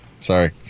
Sorry